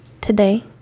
today